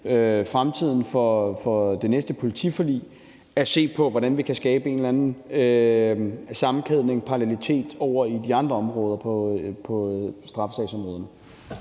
fremtiden for det næste politiforlig, skal se på, hvordan vi kan skabe en eller anden sammenkædning eller parallelitet til de andre straffesagsområder.